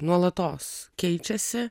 nuolatos keičiasi